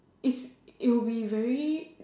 it's it'll be very